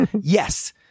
yes